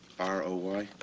r o y.